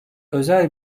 özel